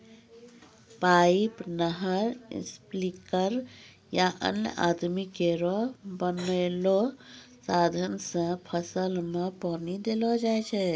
pipe, नहर, sprinkler या अन्य आदमी केरो बनैलो साधन सें फसल में पानी देलो जाय छै